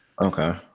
Okay